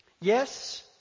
Yes